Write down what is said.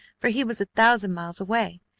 for he was a thousand miles away.